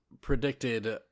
predicted